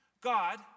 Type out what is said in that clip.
God